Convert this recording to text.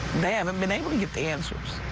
they haven't been able to get the answers.